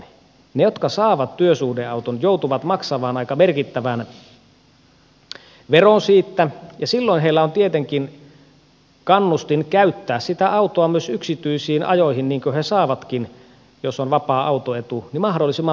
ne jotka saavat työsuhdeauton joutuvat maksamaan aika merkittävän veron siitä ja silloin heillä on tietenkin kannustin käyttää sitä autoa myös yksityisiin ajoihin niin kuin he saavatkin käyttää jos on vapaa autoetu mahdollisimman paljon